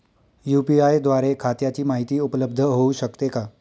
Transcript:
UPI द्वारे खात्याची माहिती उपलब्ध होऊ शकते का?